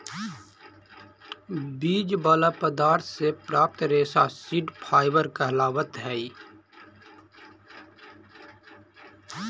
बीज वाला पदार्थ से प्राप्त रेशा सीड फाइबर कहलावऽ हई